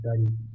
study